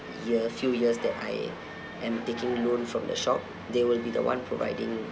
year few years that I am taking loan from the shop they will be the one providing